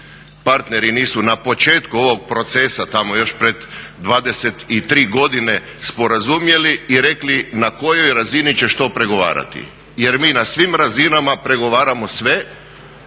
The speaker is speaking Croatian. partneri nisu na početku ovog procesa tamo još pred 23 godine sporazumjeli i rekli na kojoj razini ćeš to pregovarati. Jer mi na svim razinama pregovaramo sve